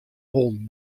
hâlden